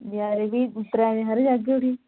बजारें गी त्रैऽ जने जागे उठी